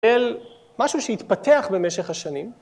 ‫אל משהו שהתפתח במשך השנים.